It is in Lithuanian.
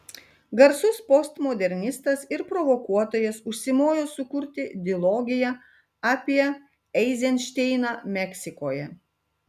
garsus postmodernistas ir provokuotojas užsimojo sukurti dilogiją apie eizenšteiną meksikoje